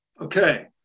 Okay